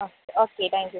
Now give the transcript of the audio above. ആ okay thank you